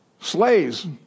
slaves